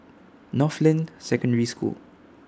Northland Secondary School